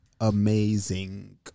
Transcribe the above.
Amazing